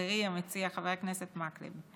חברי המציע חבר הכנסת מקלב,